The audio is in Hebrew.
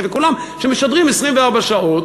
וכולם משדרים 24 שעות,